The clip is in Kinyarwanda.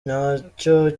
nacyo